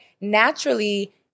naturally